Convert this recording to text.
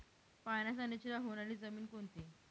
पाण्याचा निचरा होणारी जमीन कोणती?